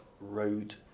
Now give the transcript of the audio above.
road